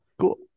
Cool